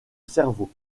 cerveau